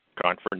Conference